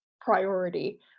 priority